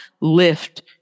lift